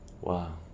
Wow